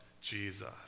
Jesus